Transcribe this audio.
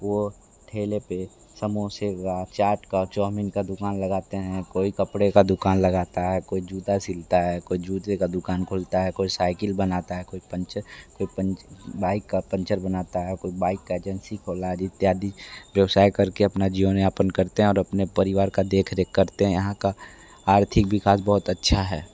वो ठेले पे समोसे का चाट का चाऊमीन का दुकान लगाते हैं कोई कपड़े का दुकान लगाता है कोई जूता सिलता है कोई जूते का दुकान खुलता है कोई साइकिल बनाता है कोई बाइक का पंचर बनाता है कोई बाइक का एजेंसी खोल इत्यादि इत्यादि व्यवसाय करके अपना जीवन यापन करते हैं और अपने परिवार का देख देख करते हैं यहाँ का आर्थिक विकास बहुत अच्छा है